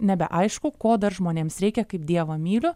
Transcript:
nebeaišku ko dar žmonėms reikia kaip dievą myliu